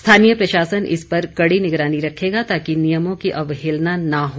स्थानीय प्रशासन इस पर कड़ी निगरानी रखेगा ताकि नियमों की अवहेलना न हो